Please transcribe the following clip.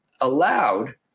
allowed